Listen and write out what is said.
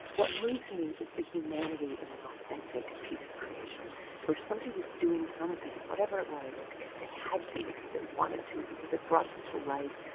what moves me is the humanity in an authentic piece of creation where somebody was doing something, whatever it was, because they had to, because they wanted to, because it brought them to life,